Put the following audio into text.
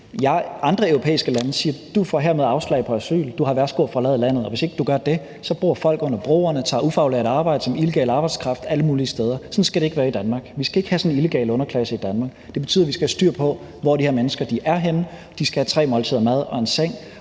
andre europæiske lande siger man: Du får hermed afslag på asyl; du har værsgo at forlade landet. Og hvis ikke de gør det, bor folk under broerne og tager ufaglært arbejde som illegal arbejdskraft alle mulige steder. Sådan skal det ikke være i Danmark. Vi skal ikke have sådan en illegal underklasse i Danmark. Det betyder, at vi skal have styr på, hvor de her mennesker er henne, de skal have tre måltider mad og en seng,